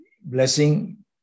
blessing